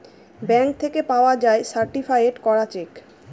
bank থেকে পাওয়া যায় সার্টিফায়েড করা চেক